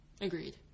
Agreed